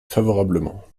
favorablement